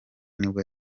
nibwo